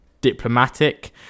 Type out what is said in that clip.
diplomatic